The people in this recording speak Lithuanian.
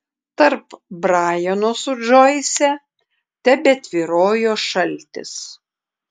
tarp brajano su džoise tebetvyrojo šaltis